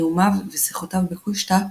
נאומיו ושיחותיו בקושטא